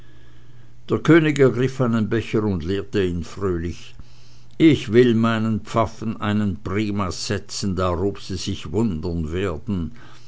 der könig ergriff seinen becher und leerte ihn fröhlich ich will meinen pfaffen einen primas setzen darob sie sich wundern werden